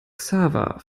xaver